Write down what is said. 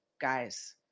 guys